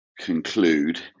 conclude